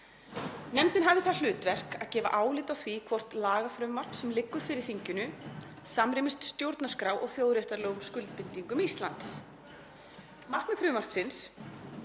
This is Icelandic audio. Nefndin hafi það hlutverk að gefa álit á því hvort lagafrumvarp sem liggur fyrir þinginu samrýmist stjórnarskrá og þjóðréttarlegum skuldbindingum Íslands. Markmið frumvarpsins